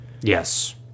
Yes